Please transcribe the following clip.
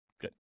Good